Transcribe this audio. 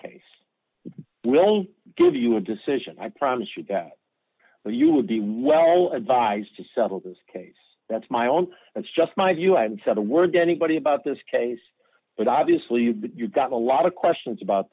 case i will give you a decision i promise you that you would be well advised to settle this case that's my own that's just my view and said a word to anybody about this case but obviously you've got a lot of questions about